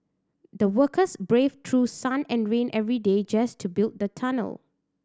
the workers braved through sun and rain every day just to build the tunnel